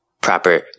proper